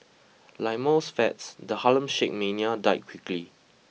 like most fads the Harlem Shake mania died quickly